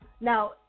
Now